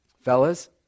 Fellas